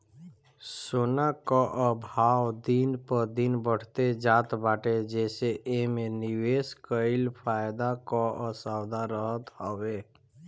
सोना कअ भाव दिन प दिन बढ़ते जात बाटे जेसे एमे निवेश कईल फायदा कअ सौदा रहत हवे